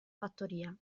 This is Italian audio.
fattoria